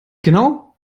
genau